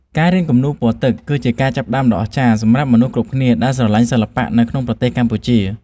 ការរៀនគំនូរពណ៌ទឹកគឺជាការចាប់ផ្ដើមដ៏អស្ចារ្យសម្រាប់មនុស្សគ្រប់គ្នាដែលស្រឡាញ់សិល្បៈនៅក្នុងប្រទេសកម្ពុជា។